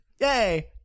yay